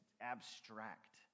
abstract